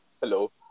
Hello